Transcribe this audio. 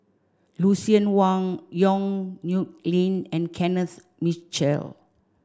Lucien Wang Yong Nyuk Lin and Kenneth Mitchell